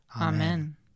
Amen